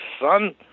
son